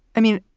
i mean,